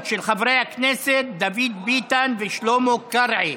של חברי הכנסת דוד ביטן ושלמה קרעי.